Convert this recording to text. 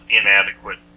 inadequate